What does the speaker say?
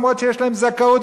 למרות שיש להם זכאות,